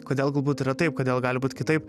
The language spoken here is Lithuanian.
kodėl galbūt yra taip kodėl gali būt kitaip